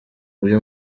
uyu